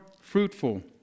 fruitful